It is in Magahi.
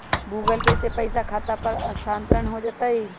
गूगल पे से पईसा खाता पर स्थानानंतर हो जतई?